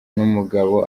n’umugabo